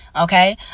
Okay